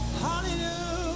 Hallelujah